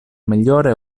migliore